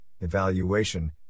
evaluation